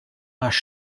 għax